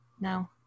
No